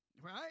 Right